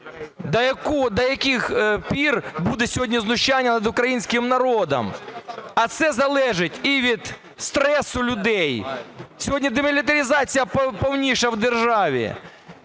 До яких пір буде сьогодні знущання над українським народом? А це залежить і від стресу людей. Сьогодні демілітаризація повніша у державі,